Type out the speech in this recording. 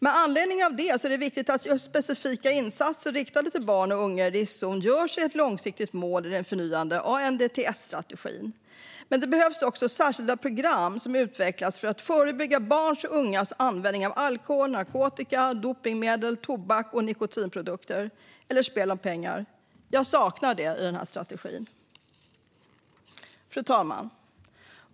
Med anledning av det är det viktigt att specifika insatser riktade till barn och unga i riskzon görs till ett långsiktigt mål i den förnyade ANDTS-strategin. Men det behöver också utvecklas särskilda program för att förebygga barns och ungas användning av alkohol, narkotika, dopningsmedel, tobak och nikotinprodukter eller spel om pengar. Jag saknar det i den här strategin. Fru talman!